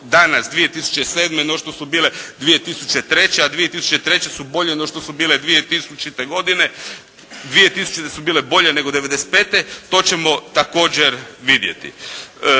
danas 2007. no što su bile 2003., a 2003. su bolje no što su bile 2000. godine, 2000. su bolje nego '95., to ćemo također vidjeti.